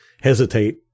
hesitate